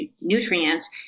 nutrients